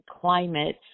climate